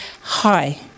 hi